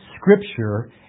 Scripture